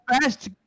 best